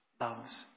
loves